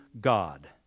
God